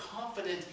confident